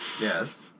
Yes